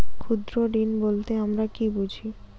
ক্ষুদ্র ঋণ বলতে আমরা কি বুঝি?